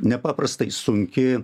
nepaprastai sunki